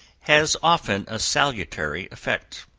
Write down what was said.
has often a salutary effect,